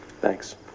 Thanks